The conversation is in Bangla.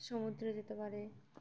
সমুদ্রে যেতে পারে